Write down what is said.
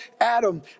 Adam